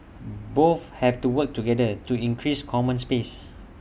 both have to work together to increase common space